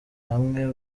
hamwe